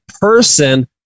person